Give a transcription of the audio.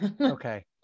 Okay